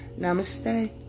Namaste